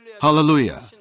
Hallelujah